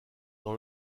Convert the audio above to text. dans